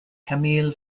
camille